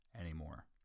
anymore